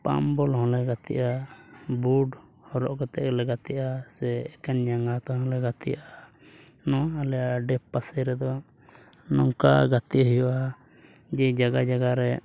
ᱯᱟᱢ ᱵᱚᱞ ᱦᱚᱸ ᱞᱮ ᱜᱟᱛᱮᱜᱼᱟ ᱵᱩᱴ ᱦᱚᱨᱚᱜ ᱠᱟᱛᱮᱫ ᱦᱚᱞᱮ ᱜᱟᱛᱮᱜᱼᱟ ᱥᱮ ᱮᱠᱮᱱ ᱡᱟᱸᱜᱟ ᱛᱮ ᱦᱚᱞᱮ ᱜᱟᱛᱮᱜᱼᱟ ᱱᱚᱣᱟ ᱟᱞᱮ ᱟᱰᱮ ᱯᱟᱥᱮ ᱨᱮᱫᱚ ᱱᱚᱝᱠᱟ ᱜᱟᱛᱮᱜ ᱦᱩᱭᱩᱜᱼᱟ ᱡᱮ ᱡᱟᱭᱜᱟ ᱡᱟᱭᱜᱟ ᱨᱮ